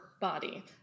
body